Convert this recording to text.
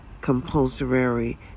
compulsory